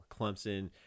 Clemson